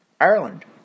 Ireland